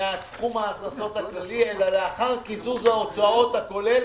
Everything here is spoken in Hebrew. מסכום ההכנסות הכללי אלא לאחר קיזוז ההוצאות הכולל,